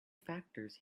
factors